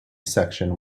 section